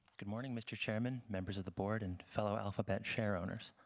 good morning, mr. chairman, members of the board, and fellow alphabet share owners.